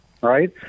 right